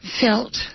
felt